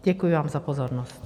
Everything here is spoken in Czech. Děkuji vám za pozornost.